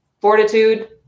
fortitude